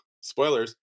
spoilers